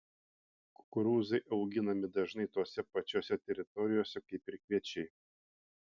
kukurūzai auginami dažnai tose pačiose teritorijose kaip ir kviečiai